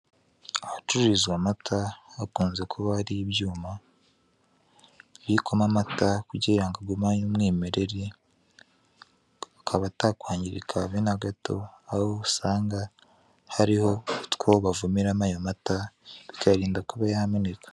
Ahacururizwa amata hakunze kuba hari ibyuma bibikwamo amata kugira ngo agumane umwimerere akaba atakangirika habe na gato, aho usanga hariho utwo bavomeramo ayo mata bikayarinda kuba yameneka.